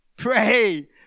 Pray